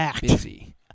busy